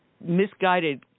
misguided